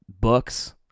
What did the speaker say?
books